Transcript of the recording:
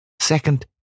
Second